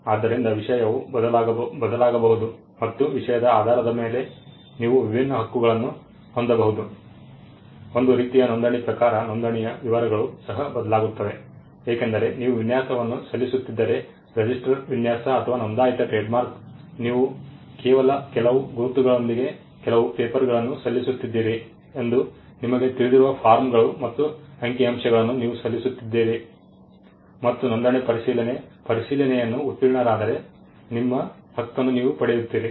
ಆದ್ದರಿಂದ ವಿಷಯವು ಬದಲಾಗಬಹುದು ಮತ್ತು ವಿಷಯದ ಆಧಾರದ ಮೇಲೆ ನೀವು ವಿಭಿನ್ನ ಹಕ್ಕುಗಳನ್ನು ಹೊಂದಬಹುದು ಒಂದು ರೀತಿಯ ನೋಂದಣಿ ಪ್ರಕಾರ ನೋಂದಣಿಯ ವಿವರಗಳು ಸಹ ಬದಲಾಗುತ್ತವೆ ಏಕೆಂದರೆ ನೀವು ವಿನ್ಯಾಸವನ್ನು ಸಲ್ಲಿಸುತ್ತಿದ್ದರೆ ರಿಜಿಸ್ಟರ್ ವಿನ್ಯಾಸ ಅಥವಾ ನೋಂದಾಯಿತ ಟ್ರೇಡ್ಮಾರ್ಕ್ ನೀವು ಕೇವಲ ಕೆಲವು ಗುರುತುಗಳೊಂದಿಗೆ ಕೆಲವು ಪೇಪರ್ಗಳನ್ನು ಸಲ್ಲಿಸುತ್ತಿದ್ದೀರಿ ಎಂದು ನಿಮಗೆ ತಿಳಿದಿರುವ ಫಾರ್ಮ್ಗಳು ಮತ್ತು ಅಂಕಿಅಂಶಗಳನ್ನು ನೀವು ಸಲ್ಲಿಸುತ್ತಿದ್ದೀರಿ ಮತ್ತು ನೊಂದಾವಣಿ ಪರಿಶೀಲನೆ ಪರಿಶೀಲನೆಯನ್ನು ಉತ್ತೀರ್ಣರಾದರೆ ನಿಮ್ಮ ಹಕ್ಕನ್ನು ನೀವು ಪಡೆಯುತ್ತೀರಿ